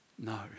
No